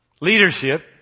leadership